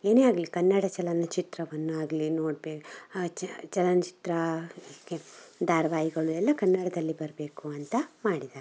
ಏನೇ ಆಗಲಿ ಕನ್ನಡ ಚಲನ ಚಿತ್ರವನ್ನಾಗಲೀ ನೋಡ್ಬೇಕು ಚಲನಚಿತ್ರ ಧಾರವಾಹಿಗಳು ಎಲ್ಲ ಕನ್ನಡದಲ್ಲಿ ಬರಬೇಕು ಅಂತ ಮಾಡಿದ್ದಾರೆ